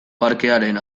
parkearen